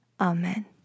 Amen